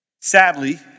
Sadly